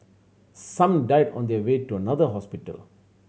some died on their way to another hospital